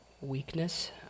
weakness